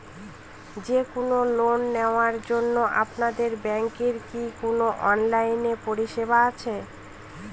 যে কোন লোন নেওয়ার জন্য আপনাদের ব্যাঙ্কের কি কোন অনলাইনে পরিষেবা আছে?